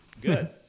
Good